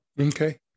okay